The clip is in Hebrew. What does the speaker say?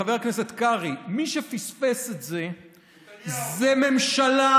חבר הכנסת קרעי, מי שפספס את זה זו ממשלה,